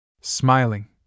Smiling